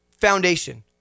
foundation